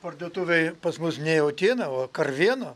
parduotuvėj pas mus ne jautiena o karviena